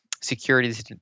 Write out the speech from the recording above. securities